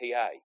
PA